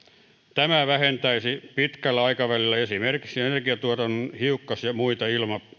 tämä vähentäisi pitkällä aikavälillä esimerkiksi energiatuotannon hiukkas ja muita